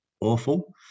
awful